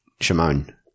Shimon